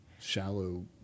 shallow